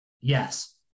Yes